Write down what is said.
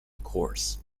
course